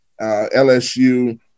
LSU